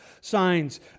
signs